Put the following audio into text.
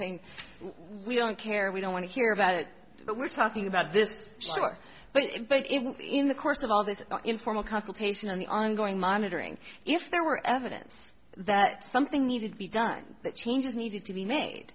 saying we don't care we don't want to hear about it but we're talking about this but in the course of all this informal consultation on the ongoing monitoring if there were evidence that something needed to be done that changes needed to be made